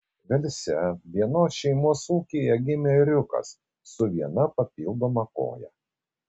velse vienos šeimos ūkyje gimė ėriukas su viena papildoma koja